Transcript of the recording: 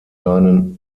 seinen